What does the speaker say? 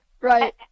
Right